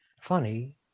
funny